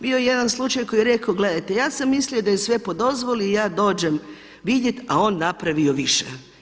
Bio je jedan slučaj koji je rekao: „Gledajte ja sam mislio da je sve po dozvoli i ja dođem vidjeti, a on napravio više.